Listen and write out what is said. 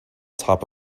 type